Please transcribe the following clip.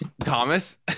Thomas